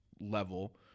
level